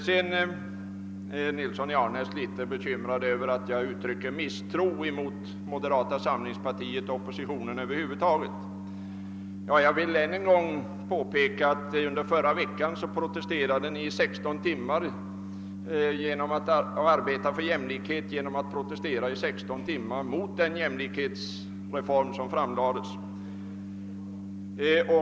Herr Nilsson i Agnäs är vidare bekymrad över att jag uttrycker misstro mot moderata samlingspartiet och oppositionen över huvud taget. Jag vill än en gång påpeka att ni under förra veckan protesterade i 16 timmar mot den jämlikhetsreform som då hade föreslagits.